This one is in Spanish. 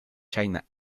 china